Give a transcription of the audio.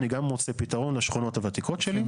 אני גם רוצה פתרון לשכונות הוותיקות שלי,